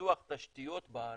שפיתוח תשתיות בארץ,